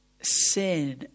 sin